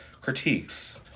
critiques